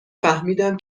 فهمیدم